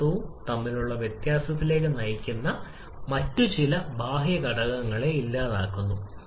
അതുപോലെ നീരാവി താപനില 1300 0 സി കടക്കുമ്പോൾ ഹൈഡ്രജൻ ഓക്സിജൻ എന്നിവയിലേക്ക് തകരാനും കഴിയും